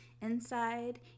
inside